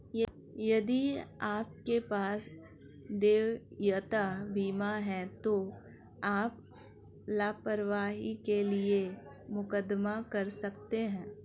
यदि आपके पास देयता बीमा है तो आप लापरवाही के लिए मुकदमा कर सकते हैं